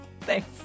thanks